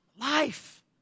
life